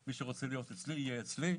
מי שרוצה להיות אצלי - יהיה אצלי.